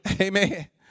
Amen